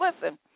listen